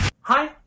hi